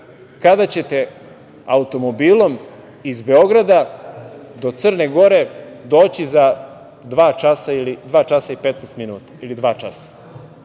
kada ćete automobilom iz Beograda do Crne Gore doći za 2